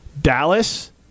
Dallas